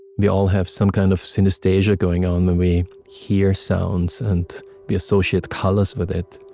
we all have some kind of synesthesia going on when we hear sounds and we associate colors with it,